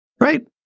Right